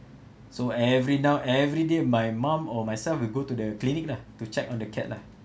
so every now every day my mum or myself we go to the clinic lah to check on the cat lah